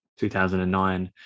2009